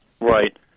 Right